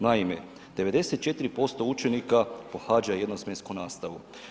Naime, 94% učenika pohađa jednosmjensku nastavu.